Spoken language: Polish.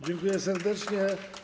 Dziękuję serdecznie.